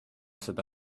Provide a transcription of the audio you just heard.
seda